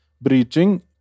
breaching